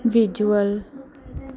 visual